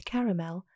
Caramel